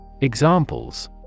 Examples